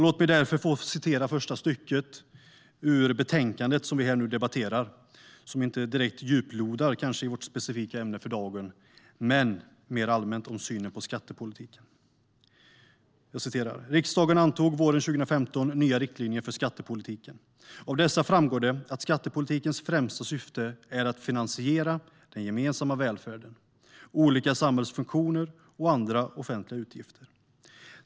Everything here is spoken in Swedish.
Låt mig citera ett stycke ur det betänkande vi nu debatterar. Det är kanske inte direkt djuplodande i vårt specifika ämne för dagen, men det handlar allmänt om synen på skattepolitik. "Riksdagen antog våren 2015 nya riktlinjer för skattepolitiken . Av dessa framgår att skattepolitikens främsta syfte är att finansiera den gemensamma välfärden, olika samhällsfunktioner och andra offentliga utgifter.